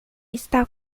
está